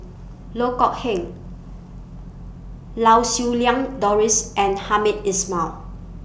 Loh Kok Heng Lau Siew Lang Doris and Hamed Ismail